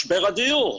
משבר הדיור.